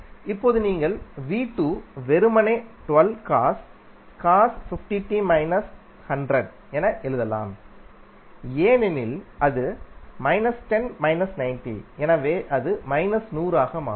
இப்போதுநீங்கள் வெறுமனே என எழுதலாம்ஏனெனில் அது 10 90 எனவே அது 100 ஆக மாறும்